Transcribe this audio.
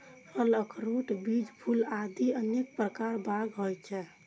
फल, अखरोट, बीज, फूल आदि अनेक प्रकार बाग होइ छै